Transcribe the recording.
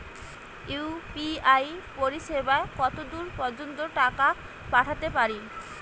UPI পরিসেবা কতদূর পর্জন্ত টাকা পাঠাতে পারি?